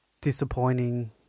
Disappointing